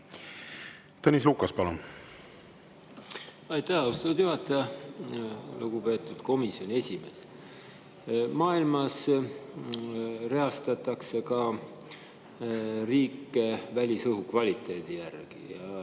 Tõnis Lukas, palun! Aitäh, austatud juhataja! Lugupeetud komisjoni esimees! Maailmas reastatakse riike ka välisõhu kvaliteedi järgi.